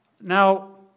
Now